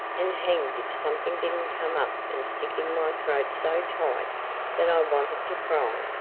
and hanged if something didn't come up and stick in my throat so tight that i wanted to cry.